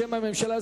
בשם הממשלה,